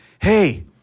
hey